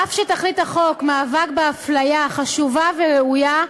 אף שתכלית החוק, מאבק בהפליה, חשובה וראויה,